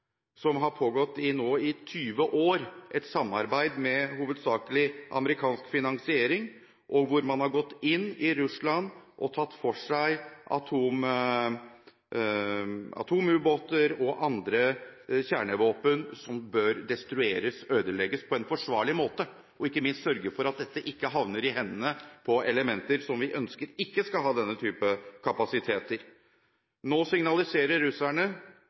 et samarbeid med hovedsakelig amerikansk finansiering, hvor man har gått inn i Russland og tatt for seg atomubåter og andre kjernevåpen som bør destrueres og ødelegges på en forsvarlig måte, og ikke minst sørge for at dette ikke havner i hendene på elementer som vi ikke ønsker skal ha denne typen kapasitet. Nå signaliserer